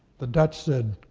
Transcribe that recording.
that that said,